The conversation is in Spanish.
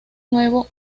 nuevo